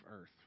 earth